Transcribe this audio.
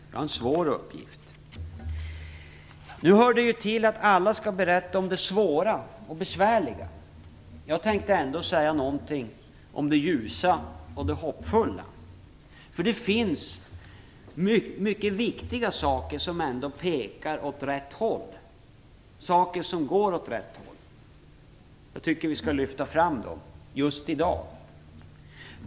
Vi har en svår uppgift. Det hör till att alla skall berätta om det svåra och besvärliga. Jag tänker också säga någonting om det ljusa och hoppfulla. Det finns mycket viktiga inslag som ändå går åt rätt håll, och jag tycker att vi skall lyfta fram dem just i dag.